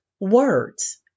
words